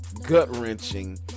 gut-wrenching